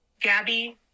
Gabby